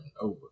over